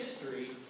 history